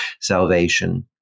salvation